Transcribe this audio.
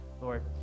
Lord